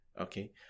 okay